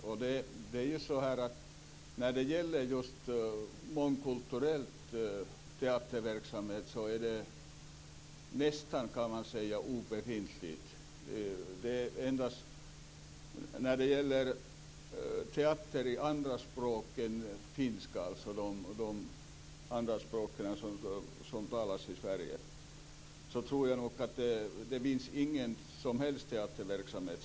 Mångkulturell teaterverksamhet är nästan obefintlig, kan man säga. När det gäller teaterföreställningar på andra språk än finska av dem som talas i Sverige tror jag inte det finns någon som helst verksamhet.